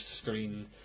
screen